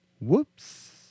whoops